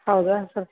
ಹೌದಾ ಸರ್